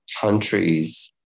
countries